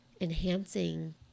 enhancing